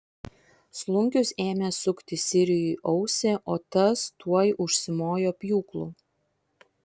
slunkius ėmė sukti sirijui ausį o tas tuoj užsimojo pjūklu